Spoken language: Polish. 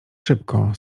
szybko